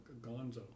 gonzo